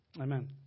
amen